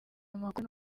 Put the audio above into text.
amakuru